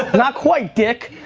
not quite dick.